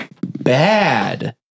bad